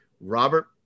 robert